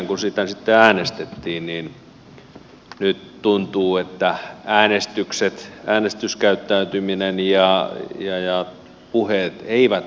kun siitä sitten äänestettiin nyt tuntuu että äänestyskäyttäytyminen ja puheet eivät oikein kohtaa